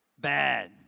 bad